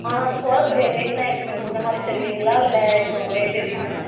சோளத்தோடைய ரேட்லாம் எப்படி மேம் முன்ன மாதிரி தருவீங்களா இல்லை இப்போ ரேட் எப்படி மேம்